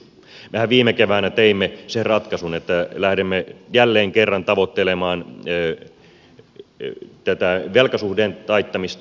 mehän viime keväänä teimme sen ratkaisun että lähdimme jälleen kerran tavoittelemaan tätä velkasuhteen taittamista